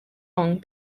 long